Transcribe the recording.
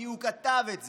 כי הוא כתב את זה.